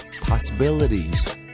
possibilities